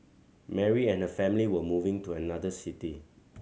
Mary and her family were moving to another city